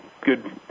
good